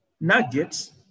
nuggets